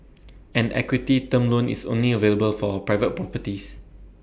an equity term loan is only available for private properties